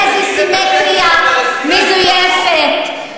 איזו סימטריה מזויפת,